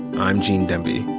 i'm gene demby.